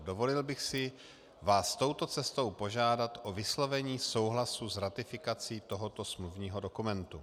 Dovolil bych si vás touto cestou požádat o vyslovení souhlasu s ratifikací tohoto smluvního dokumentu.